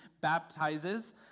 baptizes